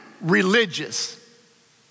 religious